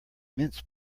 mince